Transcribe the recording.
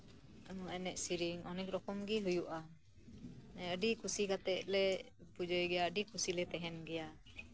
ᱟᱭᱢᱟ ᱮᱱᱮᱡ ᱥᱮᱨᱮᱧ ᱚᱱᱮᱠ ᱨᱚᱠᱚᱢ ᱜᱮ ᱦᱩᱭᱩᱜᱼᱟ ᱟᱹᱰᱤ ᱠᱩᱥᱤ ᱠᱟᱛᱮᱜ ᱞᱮ ᱯᱩᱡᱟᱹᱭ ᱜᱮᱭᱟ ᱟᱹᱰᱤ ᱠᱩᱥᱤ ᱞᱮ ᱛᱟᱸᱦᱮᱱ ᱜᱮᱭᱟ